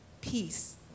peace